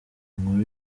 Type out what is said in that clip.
nkuru